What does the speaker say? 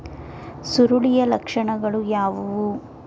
ಸುರುಳಿಯ ಲಕ್ಷಣಗಳು ಯಾವುವು?